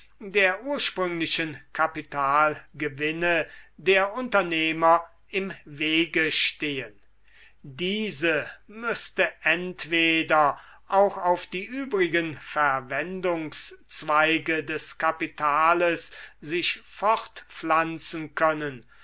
der ursprünglichen kapitalgewinne der unternehmer im wege stehen diese müßte entweder auch auf die übrigen verwendungszweige des kapitales sich fortpflanzen können